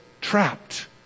trapped